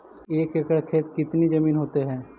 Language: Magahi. एक एकड़ खेत कितनी जमीन होते हैं?